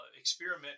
experiment